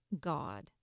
God